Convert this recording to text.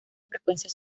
frecuencia